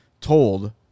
told